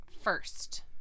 first